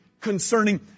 concerning